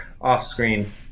off-screen